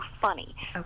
funny